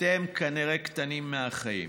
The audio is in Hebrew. אתם כנראה קטנים מהחיים.